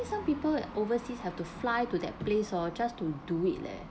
some people overseas have to fly to that place or just to do it leh